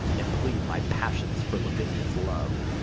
and plead my passions for lavinia's love.